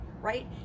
right